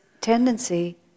tendency